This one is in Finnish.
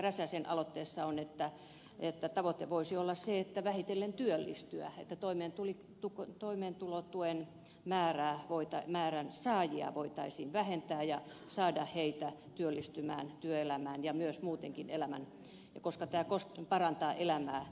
räsäsen aloitteessa on voisi olla vähitellen työllistyä että toimeentulotuen saajien määrää voitaisiin vähentää ja saada heitä työllistymään työelämään koska tämä parantaa elämää